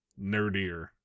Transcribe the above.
nerdier